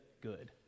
good